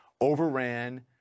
overran